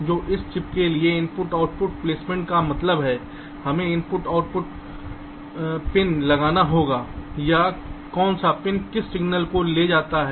तो इस चिप के लिए I O प्लेसमेंट का मतलब है हमें I O पिन लगाना होगा या कौन सा पिन किस सिग्नल को ले जाता है